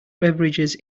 beverages